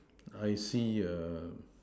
I see a